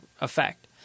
effect